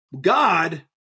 God